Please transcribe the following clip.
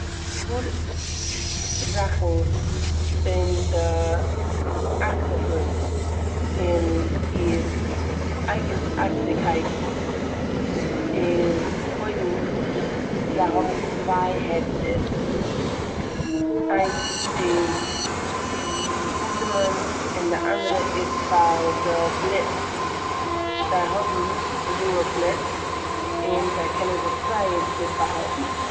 זאכן פון די אקטאפוס און איר אייגענארטיגקייט איז קודם זיי האבן צוויי הערצער, איינס איז צו אטעמען און די אנדערע איז פאר די בלוט. זיי האבן בלויע בלוט און זיי קענען זיך זייער גוט באהאלטן.